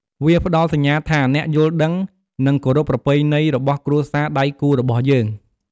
វាផ្ដល់សញ្ញាថាអ្នកយល់ដឹងនិងគោរពប្រពៃណីរបស់គ្រួសារដៃគូររបស់យើង។